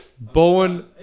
Bowen